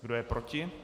Kdo je proti?